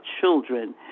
children